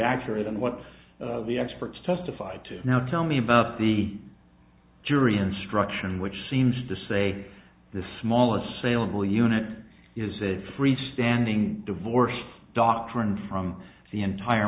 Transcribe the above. accurate and what the experts testified to now tell me about the jury instruction which seems to say the smallest saleable unit is a freestanding divorced doctrine from the entire